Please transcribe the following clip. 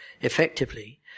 effectively